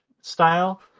style